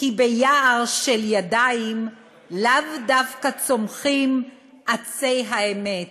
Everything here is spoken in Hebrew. כי ביער של ידיים לאו דווקא צומחים עצי האמת"